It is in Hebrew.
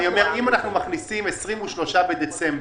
אם אנחנו מכניסים 23 בדצמבר,